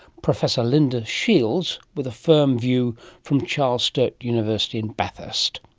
professor linda shields with a firm view from charles sturt university in bathurst.